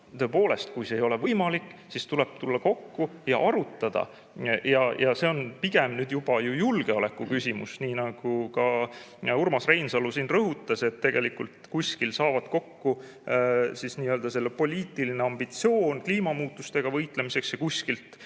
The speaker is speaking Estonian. tõepoolest, kui see ei ole võimalik, siis tuleb tulla kokku ja arutada. See on nüüd pigem juba julgeolekuküsimus, nii nagu ka Urmas Reinsalu siin rõhutas, et tegelikult saavad kuskil kokku poliitiline ambitsioon kliimamuutustega võitlemiseks ja kuskilt